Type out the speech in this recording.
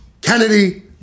Kennedy